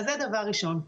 זה דבר ראשון,